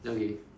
okay